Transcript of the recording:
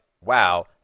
wow